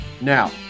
Now